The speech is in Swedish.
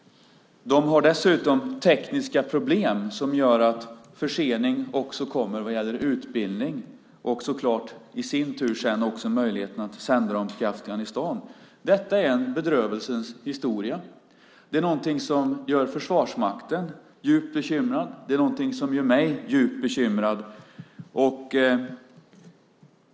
De har dessutom tekniska problem som innebär att en försening också kommer när det gäller utbildning. Det påverkar så klart i sin tur möjligheten att sända dem till Afghanistan. Detta är en bedrövelsens historia. Det är någonting som gör Försvarsmakten djupt bekymrad. Det är någonting som gör mig djupt bekymrad.